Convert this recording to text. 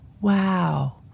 Wow